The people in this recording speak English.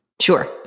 Sure